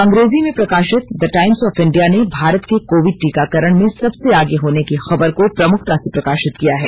अंग्रेजी में प्रकाशित द टाइम्स ऑफ इंडिया ने भारत के कोविड टीकाकरण में सबसे आगे होने की खबर को प्रमुखता से प्रकाशित किया है